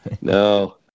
no